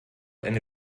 eine